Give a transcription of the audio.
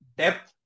depth